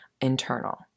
internal